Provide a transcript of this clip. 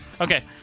Okay